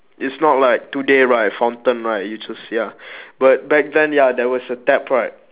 it's not like today right fountain right you just ya but back then ya there was a tap right